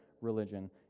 religion